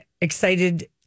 excited